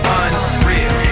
unreal